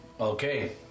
Okay